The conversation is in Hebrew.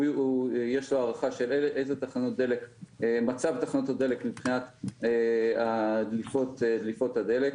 יש לו הערכה של מצב תחנות הדלק מבחינת דליפות הדלק.